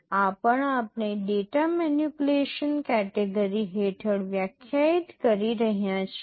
આ પણ આપણે ડેટા મેનીપ્યુલેશન કેટેગરી હેઠળ વ્યાખ્યાયિત કરી રહ્યા છીએ